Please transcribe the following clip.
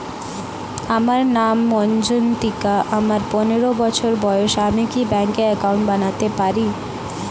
আমার নাম মজ্ঝন্তিকা, আমার পনেরো বছর বয়স, আমি কি ব্যঙ্কে একাউন্ট বানাতে পারি?